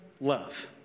Love